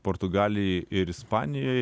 portugalijoj ir ispanijoj